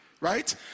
right